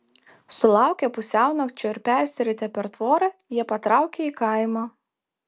sulaukę pusiaunakčio ir persiritę per tvorą jie patraukė į kaimą